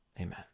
amen